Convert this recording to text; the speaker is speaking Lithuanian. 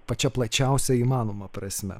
pačia plačiausia įmanoma prasme